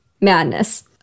madness